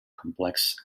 complex